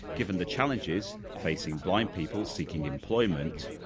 given the challenges facing blind people seeking employment,